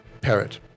parrot